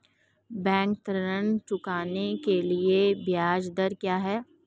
Bank ऋण चुकाने के लिए ब्याज दर क्या है?